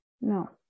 No